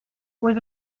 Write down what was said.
was